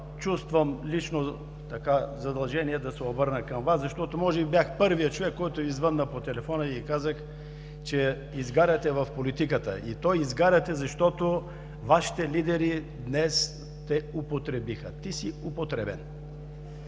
чувствам лично задължение да се обърна към Вас, защото може би бях първият човек, който Ви звънна по телефона и Ви казах, че изгаряте в политиката. И то изгаряш, защото Вашите лидери днес те употребиха. Ти си употребен!